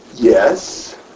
Yes